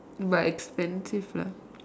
but expensive lah